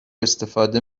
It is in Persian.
استفاده